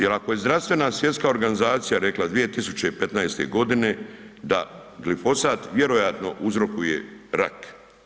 Jer ako je Zdravstvena svjetska organizacija rekla 2015.g. da glifosat vjerojatno uzrokuje rak.